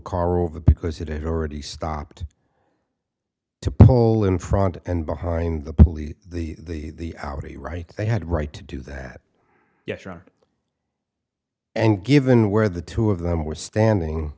car over because it had already stopped to pull in front and behind the police the audi right they had right to do that yes or and given where the two of them were standing